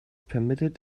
permitted